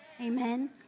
Amen